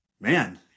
man